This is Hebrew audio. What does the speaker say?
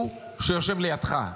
הוא, שיושב לידך,